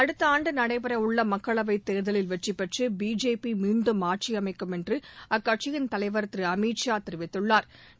அடுத்த ஆண்டு நடைபெற உள்ள மக்களவைத் தேர்தலில் வெற்றிபெற்று பிஜேபி மீண்டும் ஆட்சியமைக்கும் என்று அக்கட்சியின் தலைவா் திரு அமித் ஷா தெரிவித்துள்ளாா்